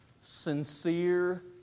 sincere